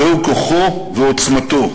זהו כוחו ועוצמתו.